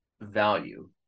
value